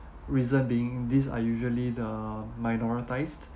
reason being these are usually the minoritised